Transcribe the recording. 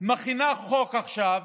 מכינה חוק עכשיו